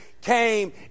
came